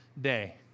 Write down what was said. day